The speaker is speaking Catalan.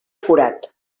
forat